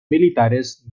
militares